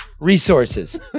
Resources